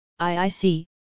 IIC